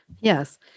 Yes